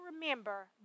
remember